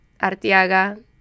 Artiaga